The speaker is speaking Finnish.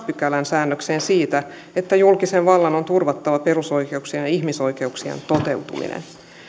pykälän säännökseen siitä että julkisen vallan on turvattava perusoikeuksien ja ihmisoikeuksien toteutuminen